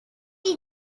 est